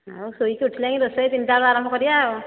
ଆଉ ଶୋଇକି ଉଠିଲେ ହିଁ ରୋଷେଇ ତିନିଟା ବେଳେ ଆରମ୍ଭ କରିବା ଆଉ